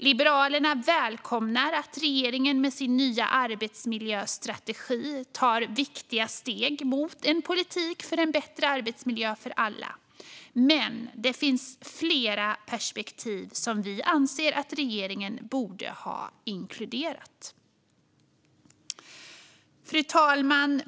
Liberalerna välkomnar att regeringen med sin nya arbetsmiljöstrategi tar viktiga steg mot en politik för en bättre arbetsmiljö för alla, men det finns flera perspektiv som vi anser att regeringen borde ha inkluderat. Fru talman!